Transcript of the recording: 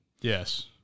Yes